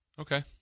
Okay